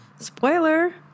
spoiler